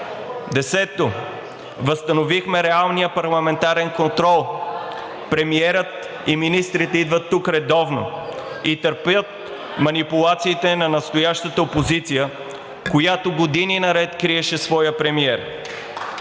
Десето, възстановихме реалния парламентарен контрол – премиерът и министрите идват тук редовно и търпят манипулациите на настоящата опозиция, която години наред криеше своя премиер.